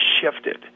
shifted